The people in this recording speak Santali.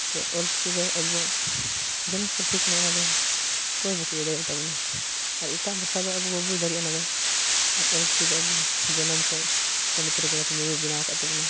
ᱥᱮ ᱚᱞᱪᱤᱠᱤ ᱟᱵᱚᱣᱟᱜ ᱡᱟᱱᱟᱢ ᱯᱟᱹᱨᱥᱤ ᱠᱟᱱᱟ ᱚᱱᱟ ᱫᱚ ᱚᱠᱚᱭ ᱦᱚᱸ ᱵᱟᱠᱚ ᱤᱭᱟᱹ ᱫᱟᱲᱮᱭᱟᱛᱟᱵᱚᱱᱟ ᱟᱨ ᱮᱴᱟᱜ ᱵᱷᱟᱥᱟ ᱫᱚ ᱵᱟᱵᱚᱱ ᱫᱟᱲᱮᱭᱟᱜᱼᱟ ᱟᱵᱚ ᱫᱚ ᱟᱨ ᱚᱞᱪᱤᱠᱤ ᱫᱚ ᱟᱵᱚ ᱡᱟᱱᱟᱢ ᱠᱷᱚᱱ ᱯᱚᱱᱰᱤᱛ ᱨᱚᱜᱷᱩᱱᱟᱛᱷ ᱢᱩᱨᱢᱩᱭ ᱵᱮᱱᱟᱣ ᱠᱟᱜ ᱛᱟᱵᱚᱱᱟ